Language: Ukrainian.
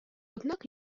однак